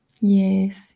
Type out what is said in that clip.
Yes